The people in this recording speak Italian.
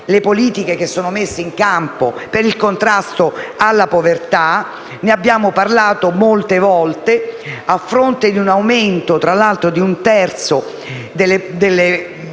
le politiche che vengono messe in campo per il contrasto alla povertà (ne abbiamo parlato molte volte). A fronte di un aumento di circa un terzo dei